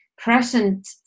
Present